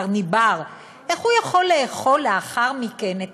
קרניבור איך הוא יכול לאכול לאחר מכן את